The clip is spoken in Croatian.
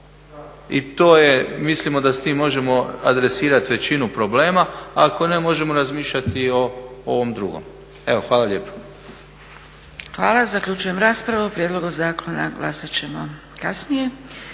i to je mislimo da s tim možemo adresirati većinu problema, ako ne možemo razmišljati i o ovom drugom. Hvala lijepo. **Zgrebec, Dragica (SDP)** Hvala. Zaključujem raspravu. O prijedlogu zakona glasat ćemo kasnije.